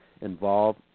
involve